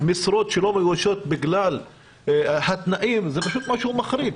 משרות לא מאוישות בגלל הרעת תנאים זה פשוט משהו מחריד.